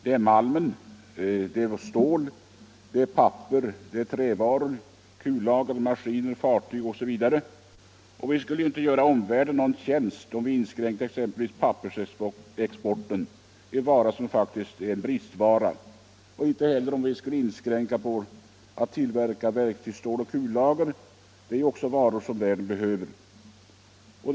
Det är malm, stål, papper, trävaror, kullager, maskiner, fartyg osv. Vi skulle inte göra omvärlden någon tjänst om vi exempelvis inskränkte pappersexporten, en vara som i dag faktiskt är en bästvara. Vårt verktygsstål och kullager är också varor som hela världen efterfrågar.